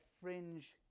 fringe